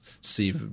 see